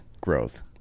growth